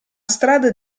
strada